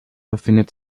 befindet